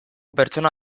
pertsona